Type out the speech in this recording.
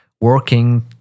working